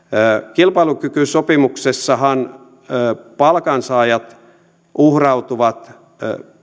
kilpailukykysopimuksessahan palkansaajat uhrautuvat